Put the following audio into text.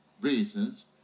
reasons